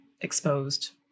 exposed